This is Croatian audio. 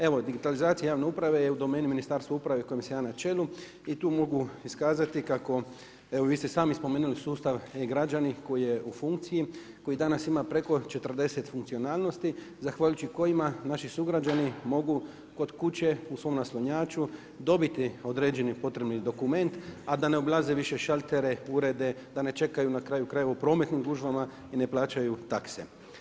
Evo digitalizacija javne uprave je u domeni Ministarstva uprave kojem sam ja na čelu i tu mogu iskazati kako evo vi ste sami spomenuli sustav e-građani koji je u funkciji, koji danas ima preko 40 funkcionalnosti zahvaljujući kojima naši sugrađani mogu kod kuće u svom naslonjaču dobiti određeni potrebni dokument a da ne obilaze više šaltere, urede, da ne čekaju na kraju krajeva u prometnim gužvama i ne plaćaju takse.